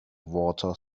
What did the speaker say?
water